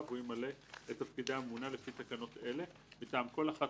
והוא ימלא את תפקידי הממונה לפי תקנות אלה מטעם כל אחת